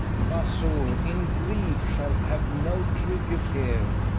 basso, in brief, shalt have no tribute here,